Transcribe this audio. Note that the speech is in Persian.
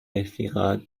رفیقات